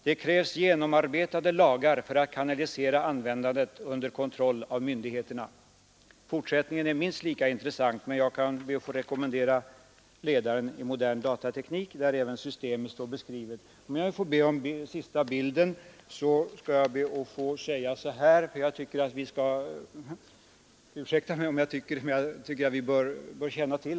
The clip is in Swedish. Det krävs genomarbetade lagar för att kanalisera användandet under kontroll av myndigheterna.” Fortsättningen är minst lika intressant, och jag rekommenderar ledaren i Modern Datateknik — där även systemet är beskrivet — för närmare studium.